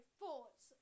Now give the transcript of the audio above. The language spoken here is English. thoughts